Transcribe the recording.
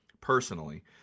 personally